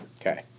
Okay